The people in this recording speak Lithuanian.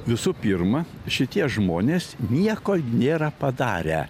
visų pirma šitie žmonės nieko nėra padarę